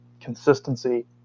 consistency